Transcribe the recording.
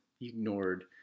ignored